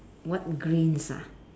what greens ah